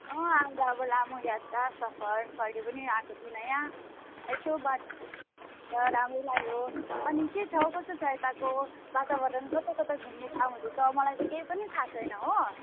अन्त अब लामो यात्रा सफर कहिले पनि आएको थिइनँ यहाँ यसो बोटो घाटो राम्रो लाग्यो अनि के छ हौ कसो छ हौ यताको वातावरण कता कता घुम्ने ठाउँहरू छ मलाई त केही पनि थाहा छैन हो